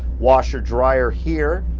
washer, dryer here.